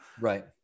Right